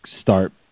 start